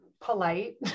polite